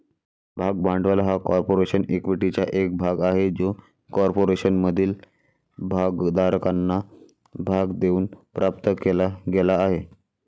भाग भांडवल हा कॉर्पोरेशन इक्विटीचा एक भाग आहे जो कॉर्पोरेशनमधील भागधारकांना भाग देऊन प्राप्त केला गेला आहे